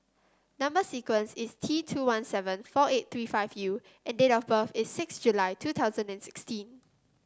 number sequence is T two one seven four eight three five U and date of birth is six July two thousand and sixteen